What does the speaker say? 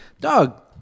Dog